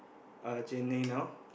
uh now